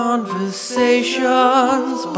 Conversations